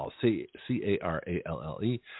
C-A-R-A-L-L-E